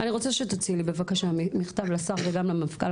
אני רוצה שתוציאי לי בבקשה מכתב לשר וגם למפכ"ל,